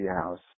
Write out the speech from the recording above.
House